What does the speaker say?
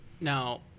Now